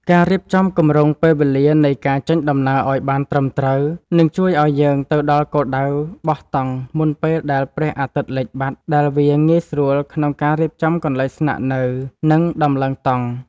ការរៀបចំគម្រោងពេលវេលានៃការចេញដំណើរឱ្យបានត្រឹមត្រូវនឹងជួយឱ្យយើងទៅដល់គោលដៅបោះតង់មុនពេលដែលព្រះអាទិត្យលិចបាត់ដែលវាងាយស្រួលក្នុងការរៀបចំកន្លែងស្នាក់នៅ និង ដំឡើងតង់។